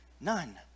None